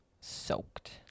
soaked